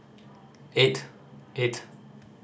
eight eight